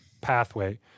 pathway